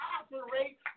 operate